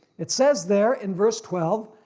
it says there in verse twelve.